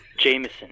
Jameson